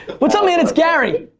what's up man? it's gary.